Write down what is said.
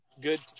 good